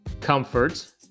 comfort